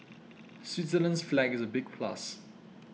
Switzerland's flag is a big plus